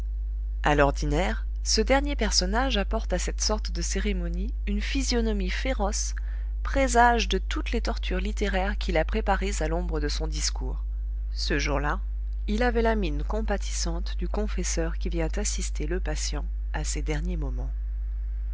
a l'ordinaire ce dernier personnage apporte à cette sorte de cérémonie une physionomie féroce présage de toutes les tortures littéraires qu'il a préparées à l'ombre de son discours ce jour-là il avait la mine compatissante du confesseur qui vient assister le patient à ses derniers moments